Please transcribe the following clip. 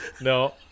No